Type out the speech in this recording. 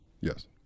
yes